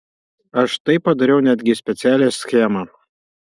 aš štai padariau netgi specialią schemą